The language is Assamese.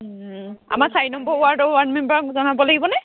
আমাৰ চাৰি নম্বৰ ৱাৰ্ডৰ ৱাৰ্ড মেম্বাৰক জনাব লাগিবনে